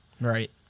Right